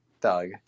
Doug